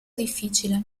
difficile